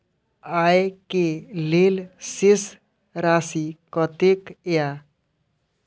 आय के लेल शेष राशि कतेक या?